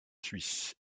suisses